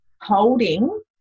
holding